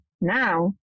Now